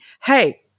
Hey